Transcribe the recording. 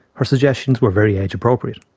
her suggestions were very age appropriate.